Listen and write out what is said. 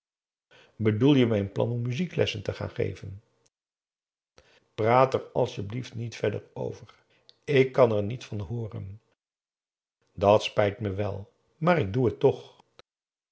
bedoel je mijn plan om muzieklessen te gaan geven praat er asjeblieft niet verder over ik kan er niet van hooren dat spijt me wel maar ik doe het toch